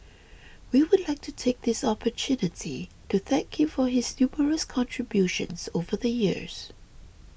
we would like to take this opportunity to thank him for his numerous contributions over the years